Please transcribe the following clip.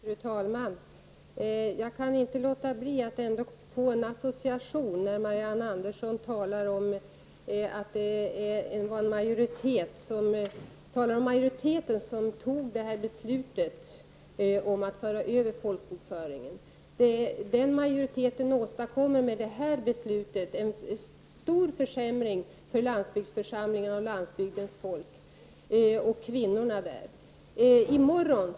Fru talman! Jag kan inte låta bli att nämna en association jag fick när Marianne Andersson i Gislaved talade om den majoritet som fattade beslutet om överförande av folkbokföringen till skattemyndigheterna. Vad den majoriteten åstadkommer med detta beslut är en stor försämring för landsbygdsförsamlingarna och för folket på landsbygden, inte minst för kvinnorna.